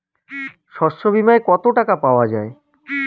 শস্য বিমায় কত টাকা পাওয়া যায়?